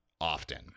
often